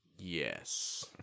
Yes